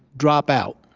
drop out.